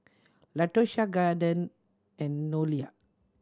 Latosha Caden and Noelia